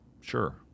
sure